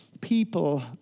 people